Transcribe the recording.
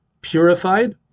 purified